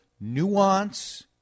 nuance